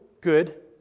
good